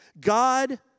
God